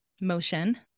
motion